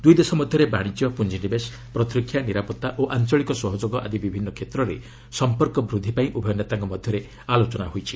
ଦୁଇ ଦେଶ ମଧ୍ୟରେ ବାଶିଜ୍ୟ ପୁଞ୍ଜିନିବେଶ ପ୍ରତିରକ୍ଷା ନିରାପତ୍ତା ଓ ଆଞ୍ଚଳିକ ସହଯୋଗ ଆଦି ବିଭିନ୍ନ କ୍ଷେତ୍ରରେ ସମ୍ପର୍କ ବୃଦ୍ଧି ପାଇଁ ଉଭୟ ନେତାଙ୍କ ମଧ୍ୟରେ ଆଲୋଚନା ହୋଇଛି